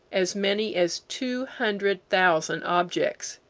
as many as two hundred thousand objects.